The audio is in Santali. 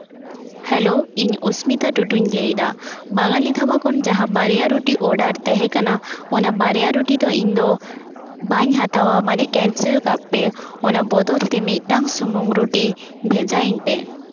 ᱦᱮᱞᱳ ᱤᱧ ᱚᱥᱢᱤᱛᱟ ᱴᱩᱰᱩᱧ ᱞᱟᱹᱭᱫᱟ ᱵᱟᱸᱝᱜᱟᱞᱤ ᱫᱷᱟᱵᱟ ᱠᱷᱚᱱ ᱡᱟᱦᱟᱸ ᱵᱟᱨᱭᱟ ᱨᱩᱴᱤ ᱚᱰᱟᱨ ᱛᱟᱦᱮᱸ ᱠᱟᱱᱟ ᱚᱱᱟ ᱵᱟᱨᱭᱟ ᱨᱩᱴᱤ ᱫᱚ ᱤᱧ ᱫᱚ ᱵᱟᱹᱧ ᱦᱟᱛᱟᱣᱟ ᱢᱟᱱᱮ ᱠᱮᱱᱥᱮᱞ ᱠᱟᱜ ᱯᱮ ᱚᱱᱟ ᱵᱚᱫᱚᱞ ᱛᱮ ᱢᱤᱫᱴᱟᱝ ᱥᱩᱢᱩᱝ ᱨᱩᱴᱤ ᱵᱷᱮᱡᱟᱭᱤᱧ ᱯᱮ